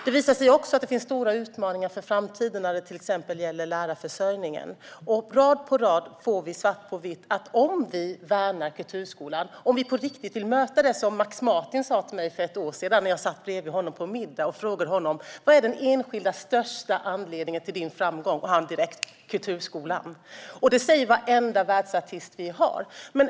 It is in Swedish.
Det visar sig också att det finns stora utmaningar inför framtiden när det till exempel gäller lärarförsörjningen, och i rad efter rad får vi svart på vitt att vi behöver en nationell strategi om vi värnar kulturskolan och på riktigt vill ta till oss det Max Martin sa till mig för ett år sedan när jag satt bredvid honom på en middag. Jag frågade honom: Vad är den enskilt största anledningen till din framgång? Han svarade direkt: kulturskolan. Och det säger varenda världsartist vi har.